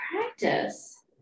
practice